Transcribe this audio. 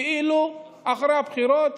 כאילו אחרי הבחירות,